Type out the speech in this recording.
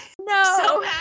No